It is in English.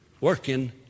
working